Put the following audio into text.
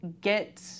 get